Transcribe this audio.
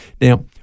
Now